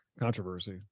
controversy